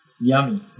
Yummy